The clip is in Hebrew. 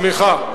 סליחה.